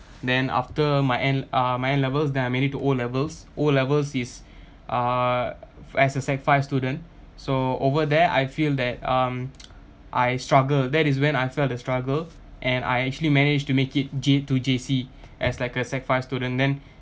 then after my n uh my N levels then I made it to O levels O levels is uh as a sec five students so over there I feel that um I struggle that is when I felt the struggle and I actually managed to make it J to J_C as like a sec five student then